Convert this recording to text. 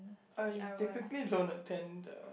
I typically don't attend the